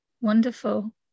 Wonderful